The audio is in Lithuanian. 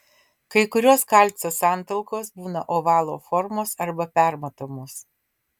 kai kurios kalcio santalkos būna ovalo formos arba permatomos